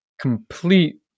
complete